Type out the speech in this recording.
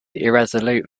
irresolute